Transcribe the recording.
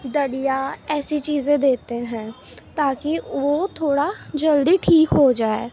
دلیا ایسی چیزیں دیتے ہیں تاکہ وہ تھوڑا جلدی ٹھیک ہو جائے